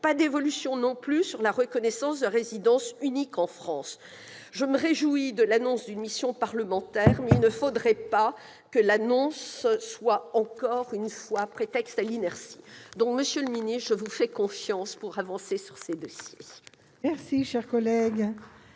pas d'évolution non plus sur la reconnaissance de la résidence unique en France. Si je me réjouis de l'annonce de la création d'une mission parlementaire sur ces sujets, il ne faudrait pas que cette annonce soit, encore une fois, prétexte à l'inertie. Monsieur le ministre, je vous fais confiance pour avancer sur ces dossiers.